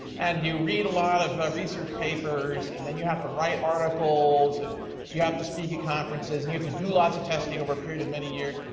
and you read a lot of ah research papers and then you have to write articles, and you have to speak at conferences and you have to do lots of testing over a period of many years.